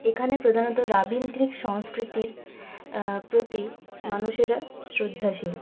এখানে প্রধানত রাবীন্দ্রিক সংস্কৃতির প্রতি মানুষেরা শ্রদ্ধাশীল